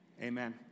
Amen